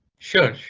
sure, ah,